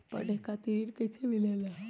पढे खातीर ऋण कईसे मिले ला?